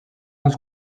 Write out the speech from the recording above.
uns